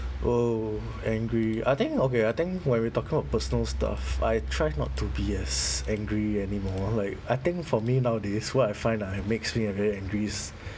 oh angry I think okay I think when we're talking about personal stuff I try not to be as angry anymore like I think for me nowadays what I find ah and makes me very angry is